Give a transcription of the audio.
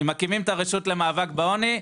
אם מקימים את הרשות למאבק בעוני,